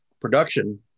production